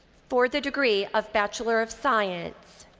for the degree of bachelor of science,